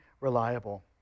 reliable